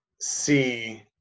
see